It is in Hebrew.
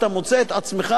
אתה מוצא את עצמך,